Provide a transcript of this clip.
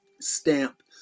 Stamp